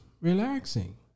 relaxing